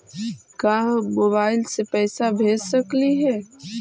का हम मोबाईल से पैसा भेज सकली हे?